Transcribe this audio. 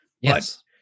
Yes